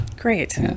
Great